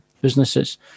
businesses